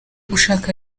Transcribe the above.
gushaka